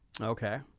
Okay